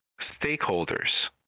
stakeholders